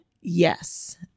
yes